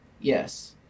Yes